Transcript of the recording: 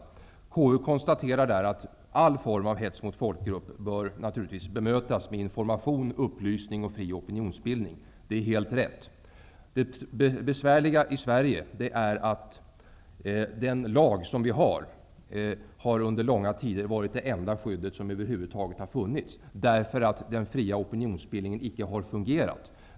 Man konstaterar att all form av hets mot folkgrupp naturligtvis bör bemötas med information, upplysning och fri opinionsbildning. Det är helt rätt. Det besvärliga i Sverige är att den lag som vi har under långa tider har varit det enda skydd som över huvud taget har funnits, eftersom den fria opinionsbildningen icke har fungerat.